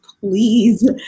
please